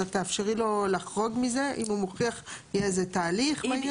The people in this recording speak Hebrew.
אז את תאפשרי לו לחרוג מזה אם הוא מוכיח שיהיה איזה תהליך בעניין הזה?